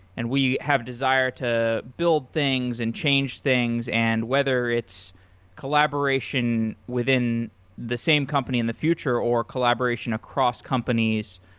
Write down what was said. and we have a desired to build things and change things and whether it's collaboration within the same company in the future or collaboration across companies,